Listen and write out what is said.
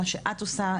מה שאת עושה,